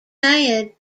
mad